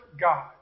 God